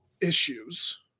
issues